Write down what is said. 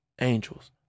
angels